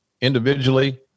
individually